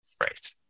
Right